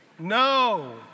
No